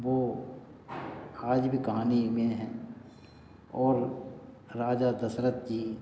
वह आज भी कहानी में हैं और राजा दशरथ जी